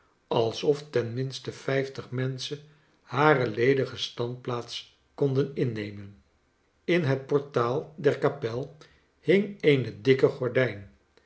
alsof ten minste vijftig menschen hare ledige standplaats konden innemen in het portaal der kapel hing eene dikke gordijn